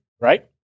right